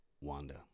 wanda